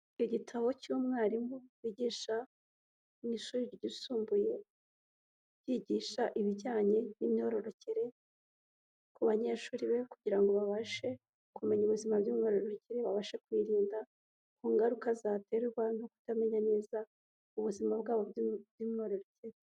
Icyo gitabo cy'umwarimu wigisha mu ishuri ryisumbuye yigisha ibijyanye n'imyororokere ku banyeshuri be kugira ngo babashe kumenya ubuzima bw'imrokere babashe kwirinda ku ngaruka zaterwa no kutamenya neza ubuzima bwabo bw'imyororokere.